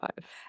five